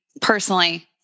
personally